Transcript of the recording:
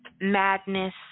madness